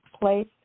place